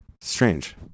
Strange